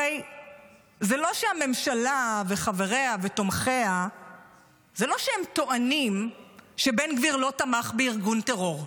הרי זה לא שהממשלה וחבריה ותומכיה טוענים שבן גביר לא תמך בארגון טרור,